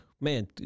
Man